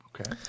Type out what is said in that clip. Okay